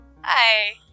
Hi